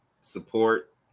support